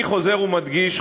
אני חוזר ומדגיש,